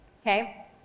okay